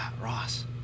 Ross